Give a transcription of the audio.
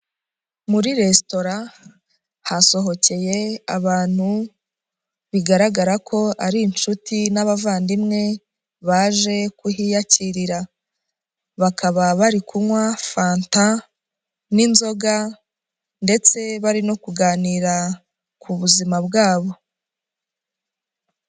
Muri resitora hasohokeye abantu bigaragara ko ari inshuti n'abavandimwe baje kuhiyakirira, bakaba bari kunywa fanta n'inzoga ndetse bari no kuganira ku buzima bwabo.